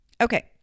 Okay